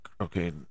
okay